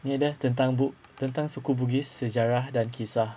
ya that tentang suku bugis sejarah dan kisah